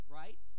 right